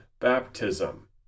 baptism